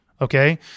Okay